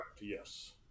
yes